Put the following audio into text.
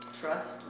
Trust